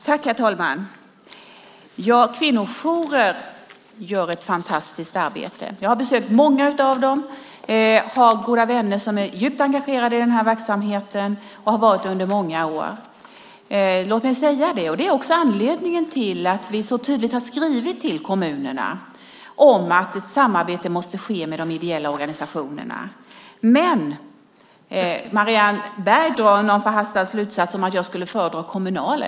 Herr talman! Ja, kvinnojourer gör ett fantastiskt arbete. Jag har besökt många av dem, och jag har goda vänner som är djupt engagerade i den här verksamheten och har varit det under många år. Det är också anledningen till att vi så tydligt har skrivit till kommunerna att ett samarbete måste ske med de ideella organisationerna. Men Marianne Berg drar någon förhastad slutsats om att jag skulle föredra kommunal verksamhet.